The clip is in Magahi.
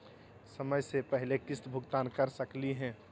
समय स पहले किस्त भुगतान कर सकली हे?